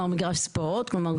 מגרש ספורט.